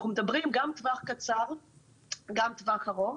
אנחנו מדברים גם טווח קצר וגם טווח ארוך,